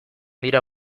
dira